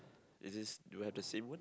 is this do you have the same one